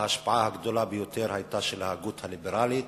ההשפעה הגדולה ביותר היא של ההגות הליברלית,